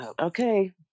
okay